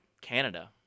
Canada